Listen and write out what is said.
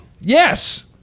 Yes